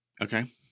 Okay